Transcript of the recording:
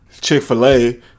Chick-fil-A